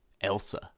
Elsa